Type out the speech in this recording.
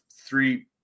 three